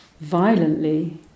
violently